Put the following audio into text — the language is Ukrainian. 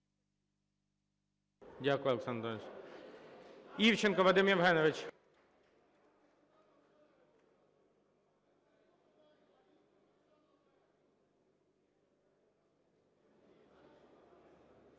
Дякую, Олександр Анатолійович. Івченко Вадим Євгенович.